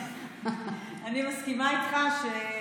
אני מסכימה איתך,